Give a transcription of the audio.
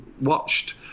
watched